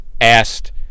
asked